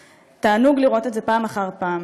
ותענוג לראות את זה פעם אחר פעם.